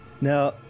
Now